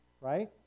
right